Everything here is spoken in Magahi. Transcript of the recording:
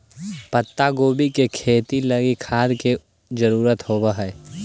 पत्तागोभी के खेती लागी खाद के जरूरत होब हई